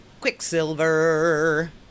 Quicksilver